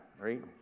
right